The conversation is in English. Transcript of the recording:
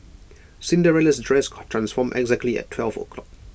Cinderella's dress transformed exactly at twelve o'clock